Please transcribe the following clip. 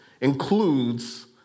includes